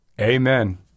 Amen